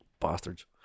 Bastards